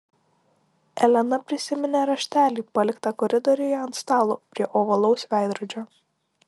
elena prisiminė raštelį paliktą koridoriuje ant stalo prie ovalaus veidrodžio